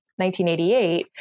1988